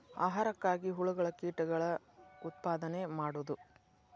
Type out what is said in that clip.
ಆಹಾರಕ್ಕಾಗಿ ಹುಳುಗಳ ಕೇಟಗಳ ಉತ್ಪಾದನೆ ಮಾಡುದು